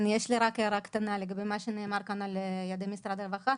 יש לי הערה קטנה לגבי מה שנאמר כאן על ידי משרד הרווחה.